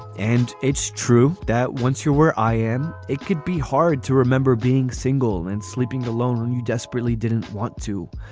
and it's true that once you're where i am it could be hard to remember being single and sleeping the loner and who desperately didn't want to.